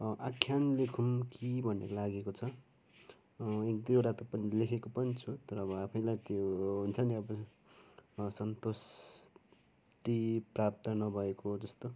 आख्यान लेखौँ कि भन्ने लागेको छ एक दुईवटा त पनि लेखेको पनि छु तर अब आफैलाई त्यो हुन्छ नि अब सन्तुष्टि प्राप्त नभएको जस्तो